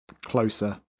closer